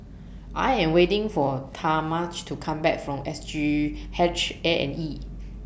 I Am waiting For Talmadge to Come Back from S G H A and E